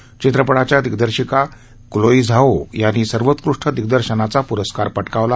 या चित्रप ाच्या दिग्दर्शिका क्लोइ झाओ यांनी सर्वोत्कृष् दिग्दर्शनाचा प्रस्कार प कावला